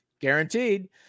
guaranteed